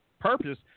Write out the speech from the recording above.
purpose